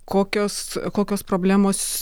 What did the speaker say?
kokios kokios problemos